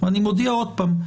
ואני מודיע עוד פעם,